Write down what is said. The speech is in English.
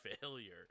failure